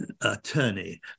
attorney